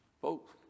Folks